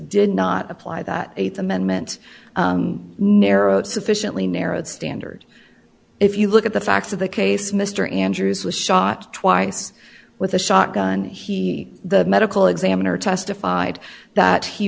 did not apply that th amendment narrow sufficiently narrowed standard if you look at the facts of the case mr andrews was shot twice with a shotgun and he the medical examiner testified that he